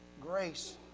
grace